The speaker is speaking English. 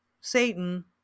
Satan